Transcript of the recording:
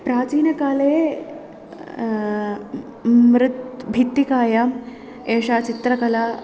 प्राचीनकाले मृत् भित्तिकायाम् एषा चित्रकला